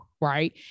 right